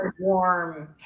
warm